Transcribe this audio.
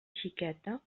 xiqueta